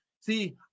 see